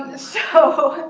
ah so